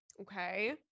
Okay